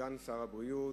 סגן שר הבריאות,